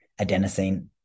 adenosine